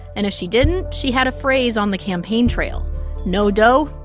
and if she didn't, she had a phrase on the campaign trail no dough,